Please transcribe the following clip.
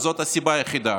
זאת הסיבה היחידה.